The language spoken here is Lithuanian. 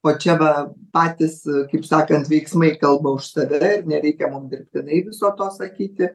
o čia va patys kaip sakant veiksmai kalba už save nereikia mum dirbtinai viso to sakyti